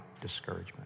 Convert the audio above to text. discouragement